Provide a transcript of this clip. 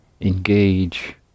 engage